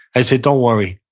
i said, don't worry,